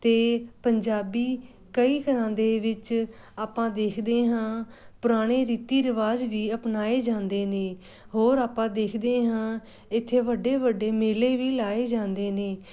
ਅਤੇ ਪੰਜਾਬੀ ਕਈ ਘਰਾਂ ਦੇ ਵਿੱਚ ਆਪਾਂ ਦੇਖਦੇ ਹਾਂ ਪੁਰਾਣੇ ਰੀਤੀ ਰਿਵਾਜ ਵੀ ਅਪਣਾਏ ਜਾਂਦੇ ਨੇ ਹੋਰ ਆਪਾਂ ਦੇਖਦੇ ਹਾਂ ਇੱਥੇ ਵੱਡੇ ਵੱਡੇ ਮੇਲੇ ਵੀ ਲਾਏ ਜਾਂਦੇ ਨੇ